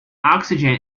oxygen